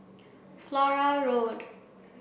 Flora Road